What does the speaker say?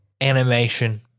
animation